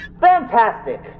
Fantastic